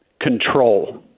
Control